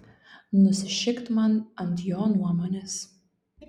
nusišikt man ant jo nuomonės